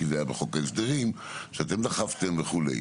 כי זה היה בחוק ההסדרים שאתם דחפתם וכו'.